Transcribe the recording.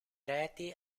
reti